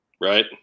Right